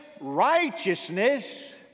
righteousness